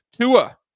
Tua